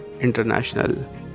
International